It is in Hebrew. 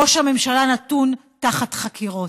ראש הממשלה נתון בחקירות.